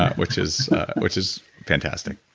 which is which is fantastic